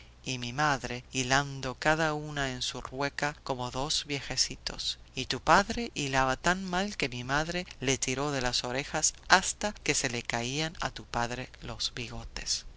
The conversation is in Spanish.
y mi madre hilando cada uno en su rueca como dos viejecitos y tu padre hilaba tan mal que mi madre le tiró de las orejas hasta que se le caían a tu padre los bigotes